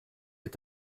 est